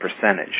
percentage